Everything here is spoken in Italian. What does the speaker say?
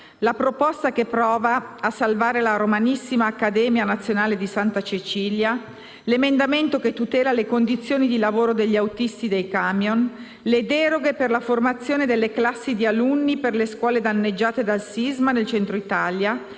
La proposta che prova a salvare la romanissima Accademia nazionale di Santa Cecilia, l'emendamento che tutela le condizioni di lavoro degli autisti dei camion, le deroghe per la formazione delle classi di alunni per le scuole danneggiate dal sisma nel Centro Italia,